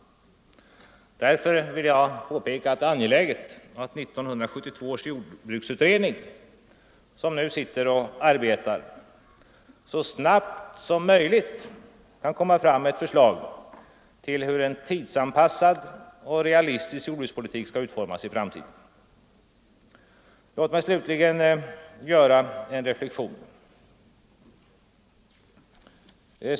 Därför är det angeläget att 1972 års jordbruksutredning, som nu arbetar, så snart som möjligt kan lägga fram förslag till hur en tidsanpassad och realistisk jordbrukspolitik skall utformas i framtiden. Låt mig slutligen göra en reflexion.